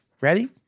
Ready